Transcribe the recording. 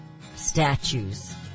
statues